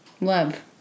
love